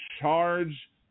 charge